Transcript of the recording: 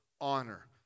honor